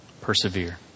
persevere